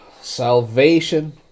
Salvation